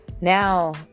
Now